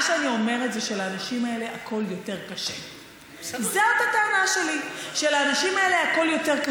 איילת נחמיאס ורבין (המחנה הציוני): איילת נחמיאס ורבין